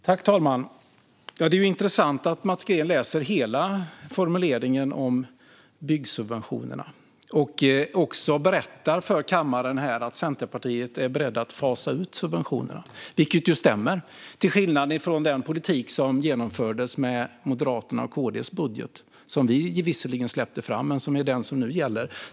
Fru talman! Det är intressant att Mats Green läser hela formuleringen om byggsubventionerna, och han berättar också för kammaren att Centerpartiet är berett att fasa ut subventionerna. Det stämmer, till skillnad från den politik som genomfördes med Moderaternas och KD:s budget, som vi visserligen släppte fram men är den som gäller.